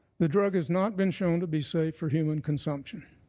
the drug has not been shown to be safe for human consumption.